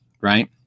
Right